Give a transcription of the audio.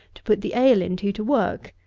to put the ale into to work,